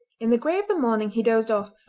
in the grey of the morning he dozed off,